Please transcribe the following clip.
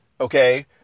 okay